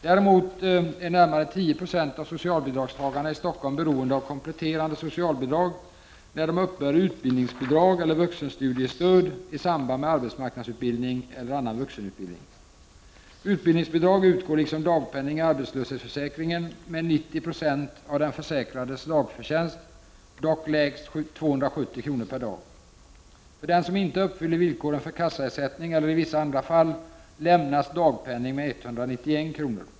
Däremot är närmare 10 90 av socialbidragstagarna i Stockholm beroende av kompletterande socialbidrag när de uppbär utbildningsbidrag eller vuxenstudiestöd i samband med arbetsmarknadsutbildning eller annan vuxenutbildning. Utbildningsbidrag utgår liksom dagpenning i arbetslöshetsförsäk ringen med 90 96 av den försäkrades dagförtjänst, dock lägst 270 kr. per dag. För den som inte uppfyller villkoren för kassaersättning, eller i vissa andra fall, lämnas dagpenning med 191 kr.